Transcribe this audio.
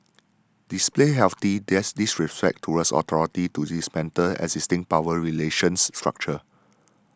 display healthy diss disrespect towards authority to dismantle existing power relations structure